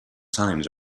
times